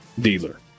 dealer